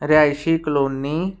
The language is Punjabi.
ਰੈਸ਼ੀ ਕਲੋਨੀ